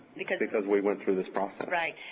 because because we went through this process. right,